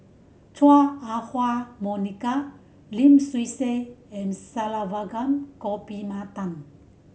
Chua Ah Huwa Monica Lim Swee Say and Saravanan